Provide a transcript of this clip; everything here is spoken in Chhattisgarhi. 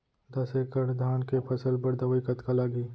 दस एकड़ धान के फसल बर दवई कतका लागही?